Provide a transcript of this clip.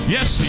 Yes